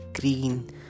green